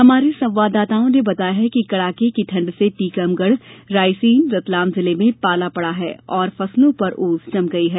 हमारे संवाददाताओं ने बताया है कि कड़ाके की ठंड से टीकमगढ़ रायसेन रतलाम जिले में पाला पड़ा और फसलों पर ओस जम गई है